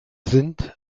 sind